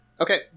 Okay